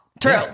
True